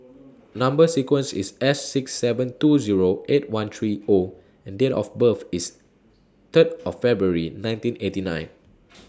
Number sequence IS S six seven two Zero eight one three O and Date of birth IS Third of February nineteen eighty nine